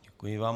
Děkuji vám.